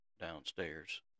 downstairs